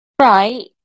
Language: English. right